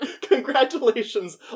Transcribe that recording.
Congratulations